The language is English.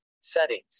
settings